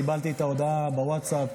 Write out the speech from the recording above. קיבלתי את ההודעה בווטסאפ,